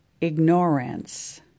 ignorance